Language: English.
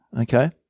Okay